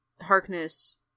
Harkness